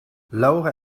laura